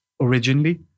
originally